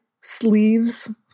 sleeves